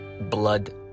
blood